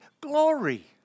glory